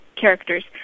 characters